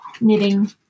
knitting